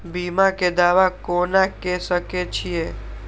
बीमा के दावा कोना के सके छिऐ?